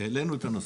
העלנו את הנושא.